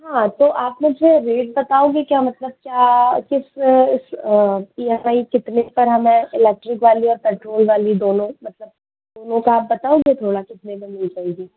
हाँ तो आप मुझे रेट बताओगे क्या मतलब क्या किस ई एम आई कितने पर हमे इलेक्ट्रिक वाली और पेट्रोल वाली दोनों मतलब दोनों का आप बताओगे थोड़ा कितने में मिल जाएगी